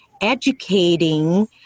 educating